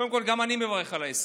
קודם כול, גם אני מברך על ההסכם.